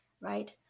right